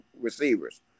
receivers